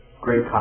great